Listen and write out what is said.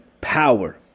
power